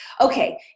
Okay